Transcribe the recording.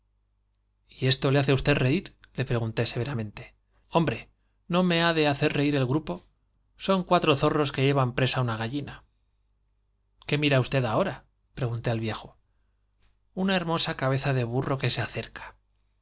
esto le hace á usted reir le pregunté severamente hombre no me ha de hacer reir el grupo son cuatro zorros que llevan presa á una gallina qué mira usted ahora pregunté al viejo una hermosa cabeza deburro que se acerca